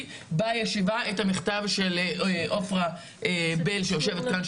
בישיבה את המכתב של עופרה בל שיושבת כאן,